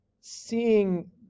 seeing